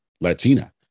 Latina